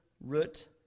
root